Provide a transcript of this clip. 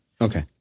Okay